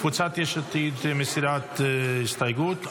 קבוצת יש עתיד מסירה את ההסתייגות.